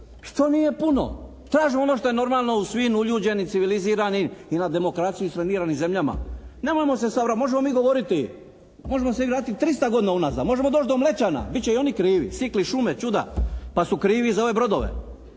što nije puno. Tražimo ono što je normalno u svim uljuđenim, civiliziranim i na demokraciji srangiranim zemljama. Nemojmo se sada, možemo mi govoriti, možemo se vratiti i 300 godina unazad, možemo doći do Mlećana, bit će i oni krivi, sikli šume čuda pa su krivi za ove brodove.